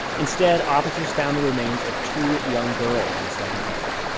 instead, officers found the remains of two young girls in the second barrel.